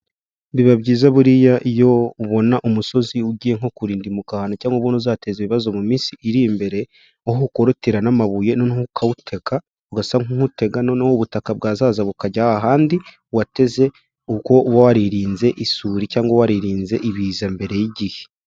Biba byiza buriya iyo ubona umusozi ugiye nko kurindimuka ahantu cyangwa ubona uzateza ibibazo mu minsi iri imbere, aho ukorotira n'amabuye noneho ukawutega, ugasa nk'uwutega ubutaka bwazaza bukajya hahandi wateze kuko uba waririnze isuri cyangwa waririnze ibiza mbere y'igihe.